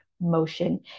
motion